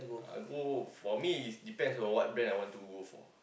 I go for me is depend on what brand I want to go for